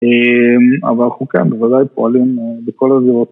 אבל אנחנו כן בוודאי פועלים בכל הזירות.